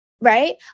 right